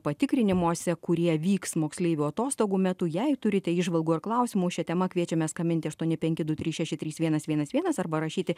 patikrinimuose kurie vyks moksleivių atostogų metu jei turite įžvalgų ar klausimų šia tema kviečiame skambinti aštuoni penki du trys šeši trys vienas vienas vienas arba rašyti